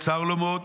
צר לו מאוד,